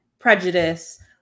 prejudice